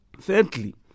Thirdly